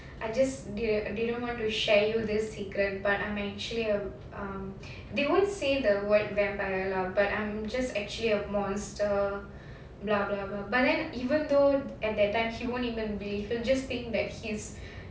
I just did~ didn't want to share you this secret but I'm actually uh um they won't say the word vampire lah but I'm just actually a monster but then even though at that time he won't even believe he'll just think that